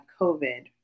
COVID